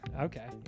Okay